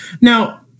Now